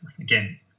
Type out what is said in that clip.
Again